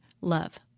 love